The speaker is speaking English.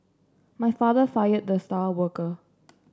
my father fired the star worker